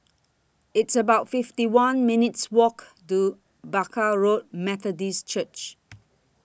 It's about fifty one minutes' Walk to Barker Road Methodist Church